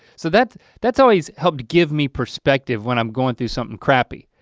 so that's that's always helped give me perspective when i'm going through something crappy.